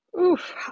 Oof